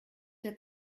der